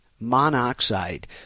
monoxide